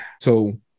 So-